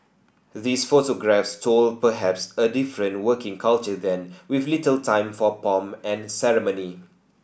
these photographs told perhaps a different working culture then with little time for pomp and ceremony